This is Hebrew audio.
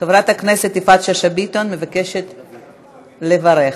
30 חברי כנסת בעד, אין מתנגדים, אין נמנעים.